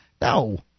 No